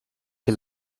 que